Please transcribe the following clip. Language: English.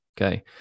Okay